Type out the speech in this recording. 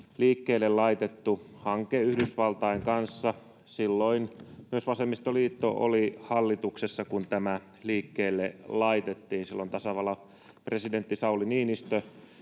liikkeelle laitettu hanke Yhdysvaltain kanssa. Silloin myös vasemmistoliitto oli hallituksessa, kun tämä liikkeelle laitettiin. Silloin tasavallan presidentti Sauli Niinistö